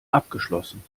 abgeschlossen